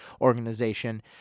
organization